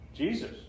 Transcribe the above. Jesus